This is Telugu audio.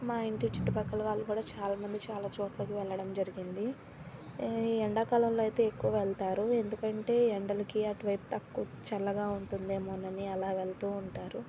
మా ఇంటి చుట్టుపక్కల వాళ్ళు కూడా చాలా మంది చాలా చోట్లకి వెళ్ళడం జరిగింది ఎండాకాలంలో అయితే ఎక్కువ వెళ్తారు ఎందుకంటే ఎండలకి అటు వైపు తక్కువ చల్లగా ఉంటుంది ఏమోనని అలా వెళ్తూ ఉంటారు